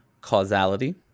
Causality